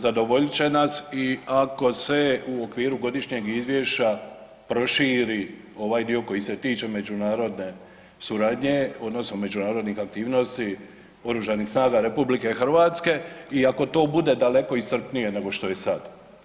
Zadovoljit će nas i ako se u okviru godišnjeg izvješća proširi ovaj dio koji se tiče međunarodne suradnje odnosno međunarodnih aktivnosti oružanih snaga RH i ako to bude daleko iscrpnije nego što je sad.